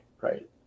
right